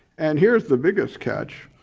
and here's the biggest catch.